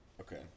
Okay